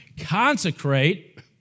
Consecrate